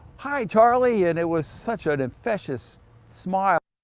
hi charlie and it was such a confession us smart.